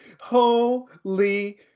Holy